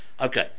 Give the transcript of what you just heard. okay